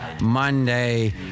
Monday